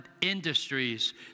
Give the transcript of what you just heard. industries